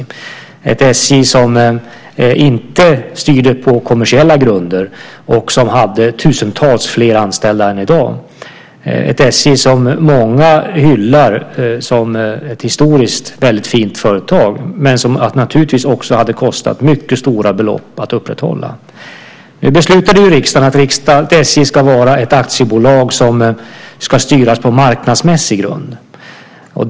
Det var ett SJ som inte styrde på kommersiella grunder och som hade tusentals fler anställda än i dag. Det var ett SJ som många hyllar som ett historiskt väldigt fint företag men som det naturligtvis hade kostat mycket stora belopp att upprätthålla. Nu beslutade riksdagen att SJ ska vara ett aktiebolag som ska styras på marknadsmässig grund.